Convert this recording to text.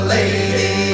lady